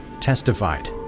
testified